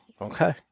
Okay